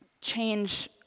change